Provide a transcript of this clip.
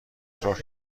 سوراخ